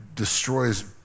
destroys